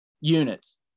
units